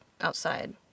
outside